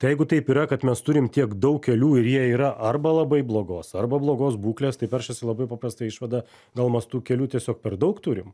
tai jeigu taip yra kad mes turim tiek daug kelių ir jie yra arba labai blogos arba blogos būklės tai peršasi labai paprasta išvada gal mes tų kelių tiesiog per daug turim